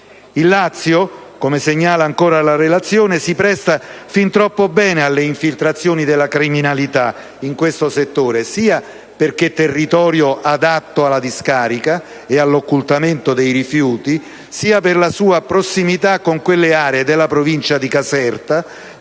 Il Lazio, come segnala ancora la relazione, si presta fin troppo bene alle infiltrazioni della criminalità in questo settore, sia perché territorio adatto alla discarica e all'occultamento dei rifiuti, sia per la sua prossimità con quelle aree della provincia di Caserta